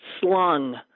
slung